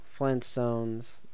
Flintstones